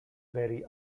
very